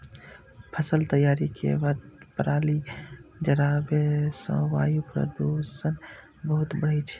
फसल तैयारी के बाद पराली जराबै सं वायु प्रदूषण बहुत बढ़ै छै